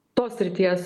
tos srities